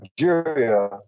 Nigeria